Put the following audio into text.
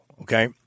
okay